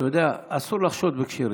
אתה יודע, אסור לחשוד בכשרים.